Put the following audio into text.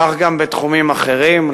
כך גם בתחומים אחרים,